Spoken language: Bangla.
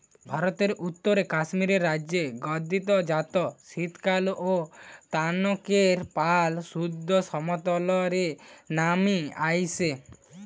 ভারতের উত্তরে কাশ্মীর রাজ্যের গাদ্দি জাত শীতকালএ তানকের পাল সুদ্ধ সমতল রে নামি আইসে